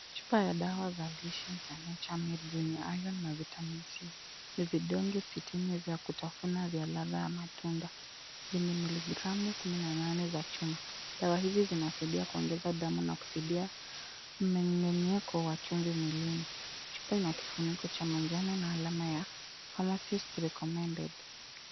Chupa ya dawa za lishe za Nature Med, zenye iron na vitamin C . Ni vidonge sitini vya kutafuna vya ladha ya matunda, vyenye miligramu kumi na nane za chuma. Dawa hizi zinasaidia kuongeza damu na kusaidia mmemenyeko wa chumvi mwilini. Chupa ina kifuniko cha manjano na alama ya pharmasist recommended .